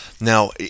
Now